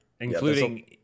including